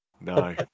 No